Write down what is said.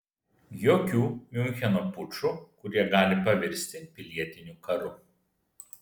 jokių miuncheno pučų kurie gali pavirsti pilietiniu karu